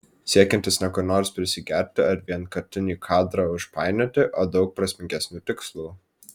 siekiantis ne kur nors prisigerti ar vienkartinį kadrą užpainioti o daug prasmingesnių tikslų